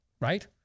right